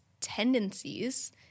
tendencies